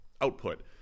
output